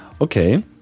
okay